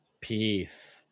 peace